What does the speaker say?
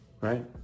right